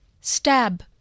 stab